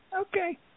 okay